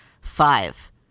Five